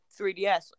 3DS